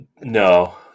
No